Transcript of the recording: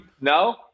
No